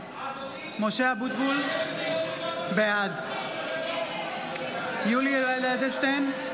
(קוראת בשמות חברי הכנסת) משה אבוטבול בעד יולי יואל אדלשטיין,